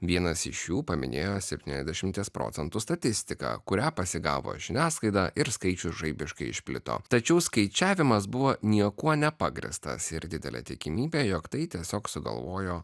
vienas iš jų paminėjo septyniasdešimties procentų statistiką kurią pasigavo žiniasklaida ir skaičius žaibiškai išplito tačiau skaičiavimas buvo niekuo nepagrįstas ir didelė tikimybė jog tai tiesiog sugalvojo